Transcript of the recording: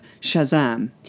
Shazam